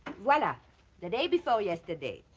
voila the day before yesterday.